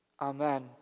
Amen